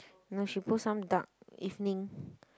no she post some dark evening